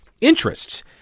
interests